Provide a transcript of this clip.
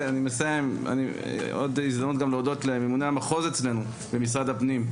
זו ההזדמנות להודות לממוני המחוז במשרד הפנים.